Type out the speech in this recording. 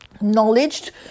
knowledge